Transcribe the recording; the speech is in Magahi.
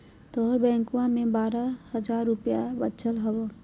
तोहर बैंकवा मे बारह हज़ार रूपयवा वचल हवब